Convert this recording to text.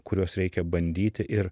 kuriuos reikia bandyti ir